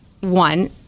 one